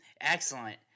excellent